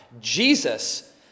Jesus